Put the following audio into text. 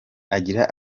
agira